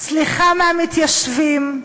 סליחה מהמתיישבים,